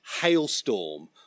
hailstorm